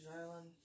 Island